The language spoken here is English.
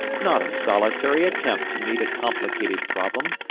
not a solitary attempt to meet a complicated problem,